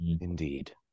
Indeed